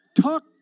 talk